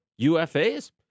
UFAs